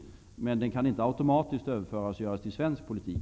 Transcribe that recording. Men den kan inte, av lätt insedda skäl, automatiskt överföras och göras till svensk politik.